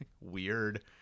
weird